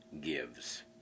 gives